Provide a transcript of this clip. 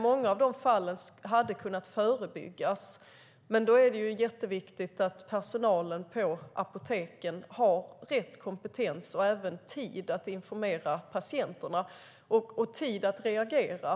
Många fall skulle kunna förebyggas, men då är det jätteviktigt att personalen vid apoteken har rätt kompetens och också tid att informera patienterna, liksom tid att reagera.